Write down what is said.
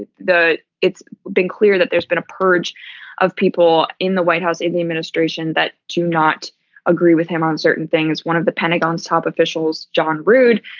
the the it's been clear that there's been a purge of people in the white house, in the administration that do not agree with him on certain things. one of the pentagon's top officials, john rood,